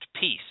peace